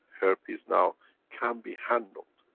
herpes now can be handled.